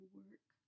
work